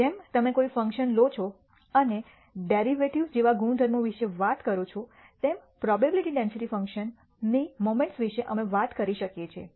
જેમ તમે કોઈ ફંકશન લો છો અને ડેરિવેટિવ્ઝ જેવા ગુણધર્મો વિશે વાત કરો છો તેમ પ્રોબેબીલીટી ડેન્સિટી ફંકશનની મોમેન્ટ્સ વિશે અમે વાત કરી શકીએ છીએ